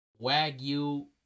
Wagyu